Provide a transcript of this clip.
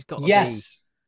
Yes